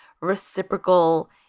reciprocal